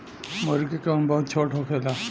मूर्गी के उम्र बहुत छोट होखेला